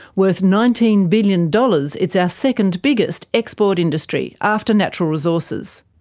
worth nineteen billion dollars, it's our second biggest export industry, after natural resources.